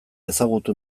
ezagutu